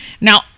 Now